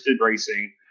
racing